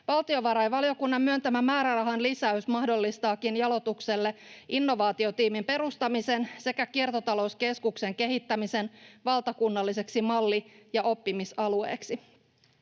Valtiovarainvaliokunnan myöntämä määrärahan lisäys mahdollistaakin Jalotukselle innovaatiotiimin perustamisen sekä kiertotalouskeskuksen kehittämisen valtakunnalliseksi malli- ja oppimisalueeksi.